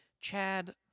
Chad